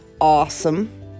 awesome